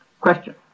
Question